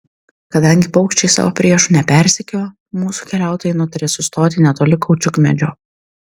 kadangi paukščiai savo priešų nepersekiojo mūsų keliautojai nutarė sustoti netoli kaučiukmedžio